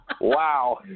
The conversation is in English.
Wow